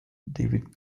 david